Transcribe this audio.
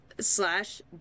slash